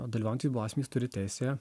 dalyvaujantys byloj asmenys turi teisę